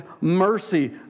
mercy